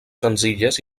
senzilles